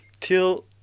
till